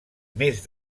més